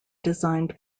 designed